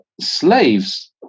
slaves